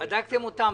בדקתם אותם?